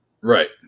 Right